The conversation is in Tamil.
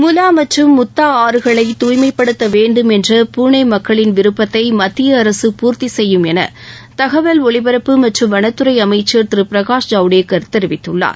முலா மற்றும் முத்தா ஆறுகளை தூய்மைப்படுத்த வேண்டும் என்ற பூனே மக்களின் விருப்பத்தை மத்திய அரசு பூர்த்தி செய்யும் என தகவல் ஒலிபரப்பு மற்றும் வனத்துறை அமைச்சர் திரு பிரகாஷ் ஜவடேக்கர் தெரிவித்துள்ளார்